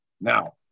Now